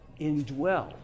Indwell